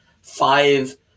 five